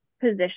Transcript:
position